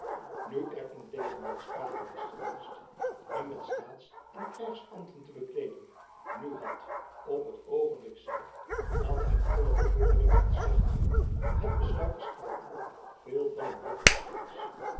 nu er in tegendeel sprake was geweest hem met staats en krijgsambten te bekleeden nu had op het oogenblik zelf dat hem alle bevordering ontzegd werd het besluit der staten veel van een bitteren scherts